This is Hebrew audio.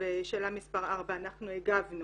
בשאלה מס' 4 אנחנו הגבנו